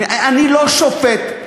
אני לא שופט,